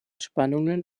spannungen